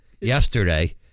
yesterday